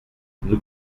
nous